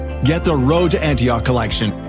get the road to antioch collection,